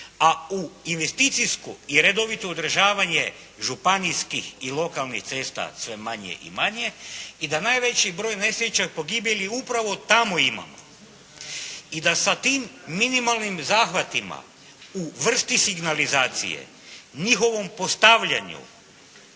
a u investicijsko i redovito održavanje županijskih i lokalnih cesta sve manje i manje i da najveći broj nesreća, pogibelji upravo tamo imamo. I da sa tim minimalnim zahvatima u vrsti signalizacije, njihovom postavljanju